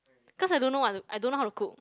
cause I don't know what to I don't know how to cook